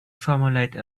formulate